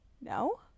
no